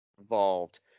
involved